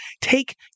take